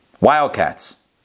Wildcats